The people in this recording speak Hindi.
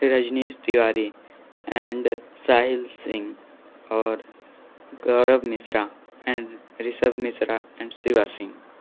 रजनीश तिवारी एण्ड साहिल सिंह और गौरव मिश्रा एण्ड ऋषभ मिश्रा एण्ड शिवा सिंह